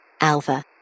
Alpha